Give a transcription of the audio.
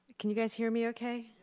can you guys hear me okay?